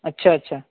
اچھا اچھا